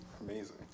amazing